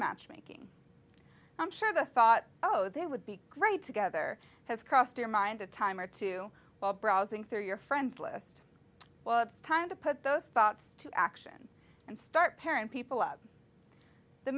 matchmaking i'm sure the thought oh they would be great together has crossed your mind a time or two while browsing through your friends list well it's time to put those thoughts to action and start paring people up the